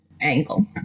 angle